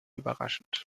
überraschend